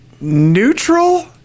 neutral